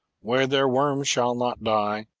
where their worm shall not die,